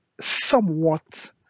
somewhat